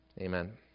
Amen